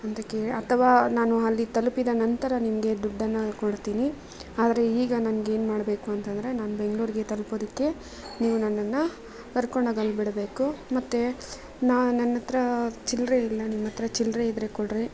ಮುಂದಕ್ಕೆ ಅಥವಾ ನಾನು ಅಲ್ಲಿಗೆ ತಲುಪಿದ ನಂತರ ನಿಮಗೆ ದುಡ್ಡನ್ನು ಅಲ್ಲಿ ಕೊಡ್ತೀನಿ ಆದರೆ ಈಗ ನನ್ಗೇನು ಮಾಡಬೇಕು ಅಂತಂದ್ರೆ ನಾನು ಬೆಂಗಳೂರಿಗೆ ತಲುಪೊದಕ್ಕೆ ನೀವು ನನ್ನನ್ನು ಕರ್ಕೊಂಡು ಹೋಗಿ ಅಲ್ಲಿ ಬಿಡಬೇಕು ಮತ್ತೆ ನಾ ನನ್ನತ್ರ ಚಿಲ್ರೆ ಇಲ್ಲ ನಿಮ್ಮತ್ರ ಚಿಲ್ರೆ ಇದ್ರೆ ಕೊಡ್ರಿ